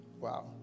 wow